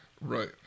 Right